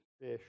fish